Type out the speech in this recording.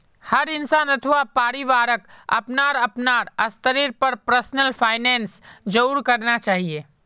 हर इंसान अथवा परिवारक अपनार अपनार स्तरेर पर पर्सनल फाइनैन्स जरूर करना चाहिए